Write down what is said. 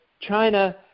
China